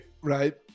Right